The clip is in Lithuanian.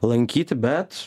lankyti bet